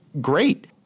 great